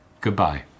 goodbye